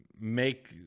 make